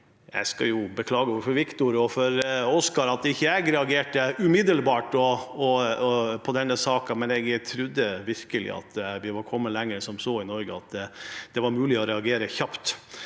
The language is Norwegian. Jeg skal beklage overfor Wiktor og Oscar at jeg ikke reagerte umiddelbart på denne saken. Jeg trodde virkelig at vi var kommet lenger enn som så i Norge, at det var mulig å reagere kjapt